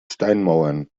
steinmauern